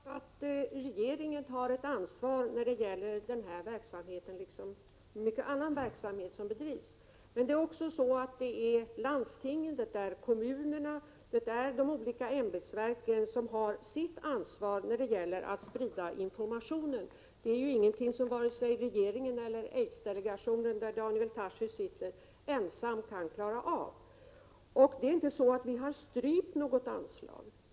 Herr talman! Självfallet har regeringen ett ansvar när det gäller den här verksamheten, liksom också beträffande många andra verksamheter. Men också landstingen, kommunerna och de olika ämbetsverken har sitt ansvar när det gäller att sprida informationen. Detta kan varken regeringen eller aidsdelegationen, där Daniel Tarschys sitter, ensamma klara av. Det är inte så att vi har strypt något anslag.